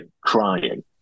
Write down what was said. crying